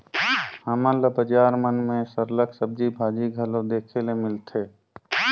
हमन ल बजार मन में सरलग सब्जी भाजी घलो देखे ले मिलथे